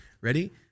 Ready